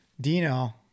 Dino